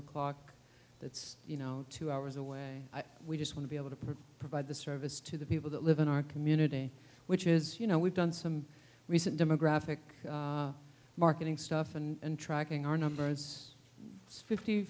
o'clock that's you know two hours away we just want to be able to provide the service to the people that live in our community which is you know we've done some recent demographic marketing stuff and tracking our numbers fifty